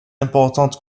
importante